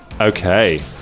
Okay